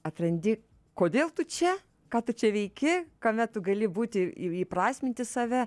atrandi kodėl tu čia ką tu čia veiki kame tu gali būti įprasminti save